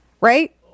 right